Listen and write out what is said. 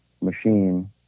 machine